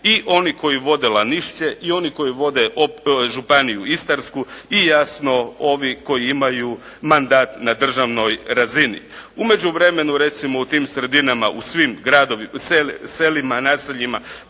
i oni koji vode Lanišće i oni koji vode županiju Istarsku i jasno oni koji imaju mandat na državnoj razini. U međuvremenu recimo u tim sredinama u svim gradovima, selima, naseljima,